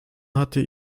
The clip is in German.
hatte